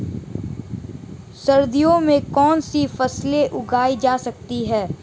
सर्दियों में कौनसी फसलें उगाई जा सकती हैं?